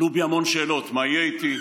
עלו בי המון שאלות: מה יהיה איתי,